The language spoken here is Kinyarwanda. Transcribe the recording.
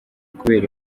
kubera